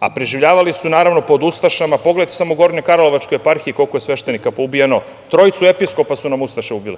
a preživljavali su, naravno, pod ustašama. Pogledajte samo u Gornjekarlovačkoj eparhiji koliko je sveštenika poubijano. Trojicu episkopa su nam ustaše ubile.